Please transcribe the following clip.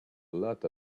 lot